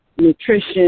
nutrition